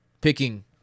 picking